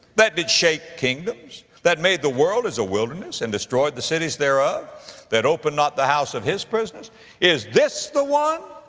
that did shake kingdoms, that made the world as a wilderness, and destroyed the cities thereof that opened not the house of his prisoners is this the one?